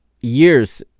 years